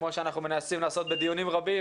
כמו שאנחנו מנסים לעשות בדיונים רבים